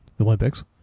Olympics